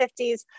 50s